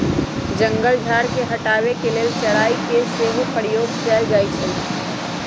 जंगल झार के हटाबे के लेल चराई के सेहो प्रयोग कएल जाइ छइ